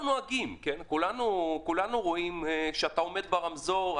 נוהגים, כולנו רואים את המצב כשעומדים ברמזור.